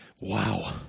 Wow